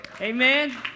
Amen